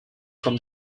from